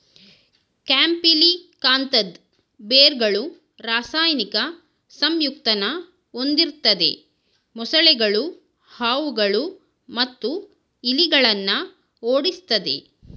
ಕ್ಯಾಂಪಿಲಿಕಾಂತದ್ ಬೇರ್ಗಳು ರಾಸಾಯನಿಕ ಸಂಯುಕ್ತನ ಹೊಂದಿರ್ತದೆ ಮೊಸಳೆಗಳು ಹಾವುಗಳು ಮತ್ತು ಇಲಿಗಳನ್ನ ಓಡಿಸ್ತದೆ